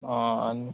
आं आनी